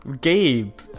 Gabe